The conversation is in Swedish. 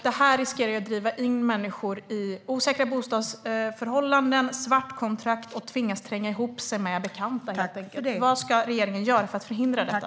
Detta riskerar att driva in människor i osäkra bostadsförhållanden och svartkontrakt och att leda till att de helt enkelt tvingas tränga ihop sig med bekanta. Vad ska regeringen göra för att förhindra detta?